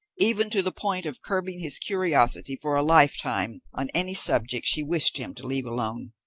even to the point of curbing his curiosity for a lifetime on any subject she wished him to leave alone.